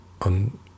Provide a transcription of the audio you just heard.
on